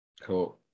Cool